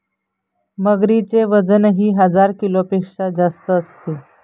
मगरीचे वजनही हजार किलोपेक्षा जास्त असते